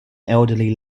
elderly